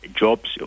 jobs